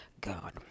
God